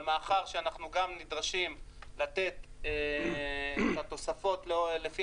אבל מאחר שאנחנו גם נדרשים לתת תוספות לפי